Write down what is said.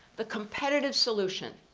the competitive solution.